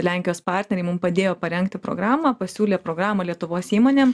lenkijos partneriai mum padėjo parengti programą pasiūlė programą lietuvos įmonėm